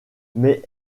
mais